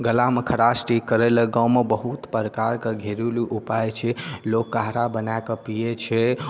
गलामे खराश ठीक करै लए गाँव मे बहुत प्रकार के घरेलू उपाय छै लोक काढा बनाए कऽ पिबै छै